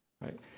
right